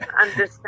understand